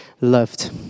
loved